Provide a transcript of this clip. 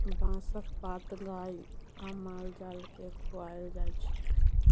बाँसक पात गाए आ माल जाल केँ खुआएल जाइ छै